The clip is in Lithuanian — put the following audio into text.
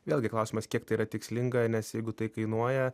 vėlgi klausimas kiek tai yra tikslinga nes jeigu tai kainuoja